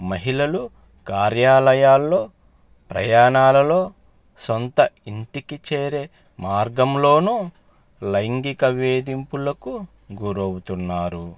మహిళలు కార్యాలయాల్లో ప్రయాణాలలో సొంత ఇంటికి చేరే మార్గంలోనూ లైంగిక వేధింపులకు గురవుతున్నారు